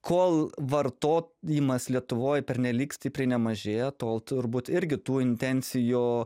kol vartojimas lietuvoj pernelyg stipriai nemažėja tol turbūt irgi tų intencijų